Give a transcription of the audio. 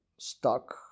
stuck